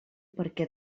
perquè